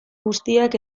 guztiak